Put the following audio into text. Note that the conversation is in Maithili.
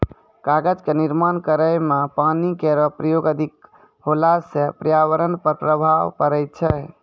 कागज क निर्माण करै म पानी केरो प्रयोग अधिक होला सँ पर्यावरण पर प्रभाव पड़ै छै